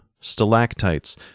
stalactites